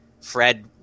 Fred